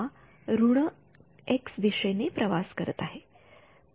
हा ऋण एक्स दिशेने प्रवास करत आहे